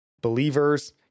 believers